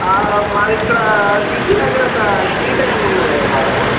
మాది ఇక్కడ సిసి దగ్గరొక టీ టైమ్ ఉన్నదిగా బాపు